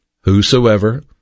Whosoever